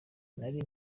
nari